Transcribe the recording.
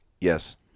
Yes